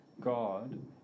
God